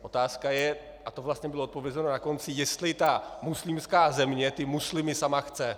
Otázka je, a to vlastně bylo odpovězeno na konci, jestli ta muslimská země ty muslimy sama chce.